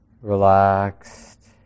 relaxed